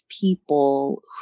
people